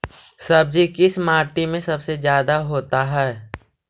सब्जी किस माटी में सबसे ज्यादा होता है?